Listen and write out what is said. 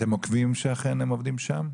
אתם עוקבים שאכן הם עובדים שם?